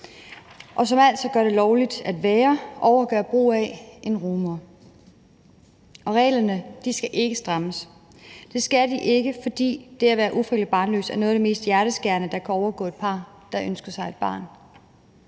og som altså gør det lovligt at være og gøre brug af en rugemor. Reglerne skal ikke strammes. Det skal de ikke, fordi det at være ufrivilligt barnløs er noget af det mest hjerteskærende, der kan overgå et par, der ønsker sig et barn.